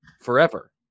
forever